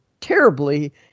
terribly